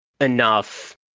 enough